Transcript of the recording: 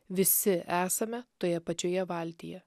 visi esame toje pačioje valtyje